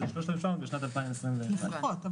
שזה 3,700 בשנת 2021. לפחות.